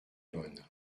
bonne